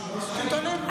זו פעם ראשונה,